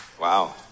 Wow